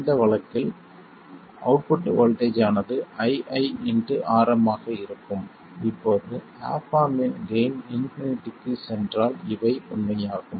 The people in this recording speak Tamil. இந்த வழக்கில் அவுட்புட் வோல்ட்டேஜ் ஆனது ii Rm ஆக இருக்கும் இப்போது ஆப் ஆம்ப் இன் கெய்ன் இன்பினிட்டிக்கு சென்றால் இவை உண்மையாகும்